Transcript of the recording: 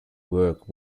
work